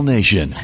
Nation